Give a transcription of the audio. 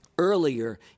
Earlier